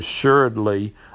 Assuredly